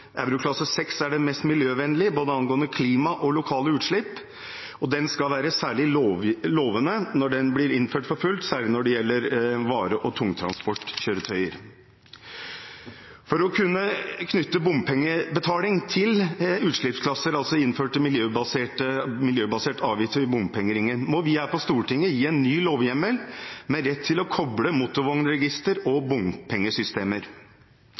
euroklasse 6 er den mest miljøvennlige, hva angår både klima og lokale utslipp, og den skal være lovende, når den blir innført for fullt, særlig når det gjelder vare- og tungtransportkjøretøy. For å kunne knytte bompengebetaling til utslippsklasser, altså innføring av miljøbasert avgift ved bompengeringen, må vi her på Stortinget gi en ny lovhjemmel som gir rett til å koble motorvognregister og